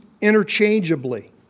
interchangeably